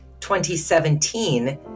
2017